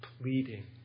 pleading